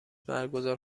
برگزار